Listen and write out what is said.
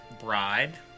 Bride